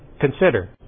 Consider